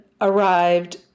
arrived